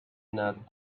not